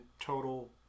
total